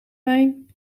wijn